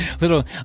little